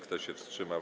Kto się wstrzymał?